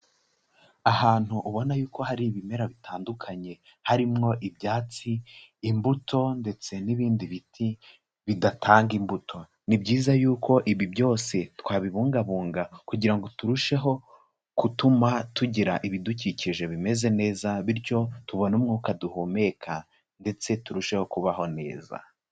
Ahantu ubona yuko hari ibimera bitandukanye, harimwo ibyatsi, imbuto ndetse n'ibindi biti bidatanga imbuto. Ni byiza yuko ibi byose twabibungabunga kugira ngo turusheho gutuma tugira ibidukikije bimeze neza bityo tubone umwuka duhumeka ndetse turusheho kubaho neza.